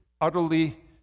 utterly